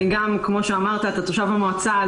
כמו שאמרת, אתה תושב המועצה.